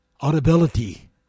audibility